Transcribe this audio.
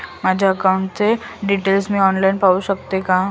माझ्या अकाउंटचे डिटेल्स मी ऑनलाईन पाहू शकतो का?